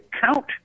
count